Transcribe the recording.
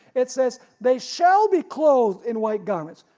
it says, they shall be clothed in white garments.